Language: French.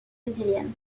brésilienne